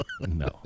No